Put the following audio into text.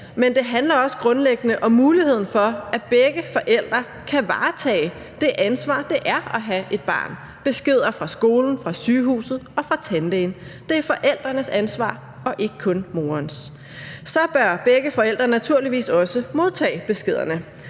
men det handler også grundlæggende om muligheden for, at begge forældre kan varetage det ansvar, det er at have et barn; beskeder fra skolen, fra sygehuset og fra tandlægen. Det er forældrenes ansvar og ikke kun morens, og så bør begge forældre naturligvis også modtage beskederne.